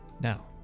Now